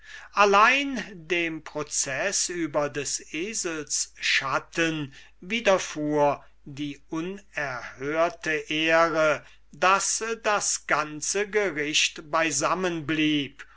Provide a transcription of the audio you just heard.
allein dem proceß über des esels schatten widerfuhr die unerhörte ehre daß das ganze gericht